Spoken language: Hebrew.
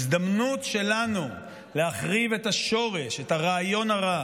הזדמנות שלנו להחריב את השורש, את הרעיון הרע,